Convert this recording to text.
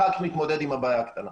אחר כך נתמודד עם הבעיה הקטנה.